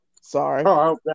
Sorry